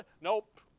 Nope